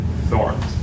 thorns